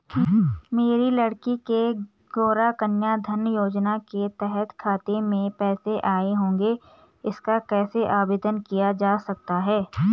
मेरी लड़की के गौंरा कन्याधन योजना के तहत खाते में पैसे आए होंगे इसका कैसे आवेदन किया जा सकता है?